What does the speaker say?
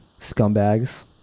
scumbags